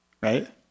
Right